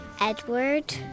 Edward